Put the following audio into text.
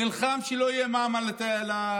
נלחם שלא יהיה מע"מ על התיירים.